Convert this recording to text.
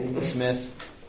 Smith